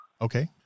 Okay